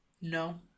no